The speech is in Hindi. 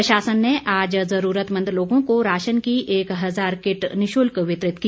प्रशासन ने आज ज़रूरतमंद लोगों को राशन की एक हज़ार किट निशुल्क वितरित की